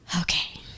okay